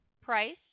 price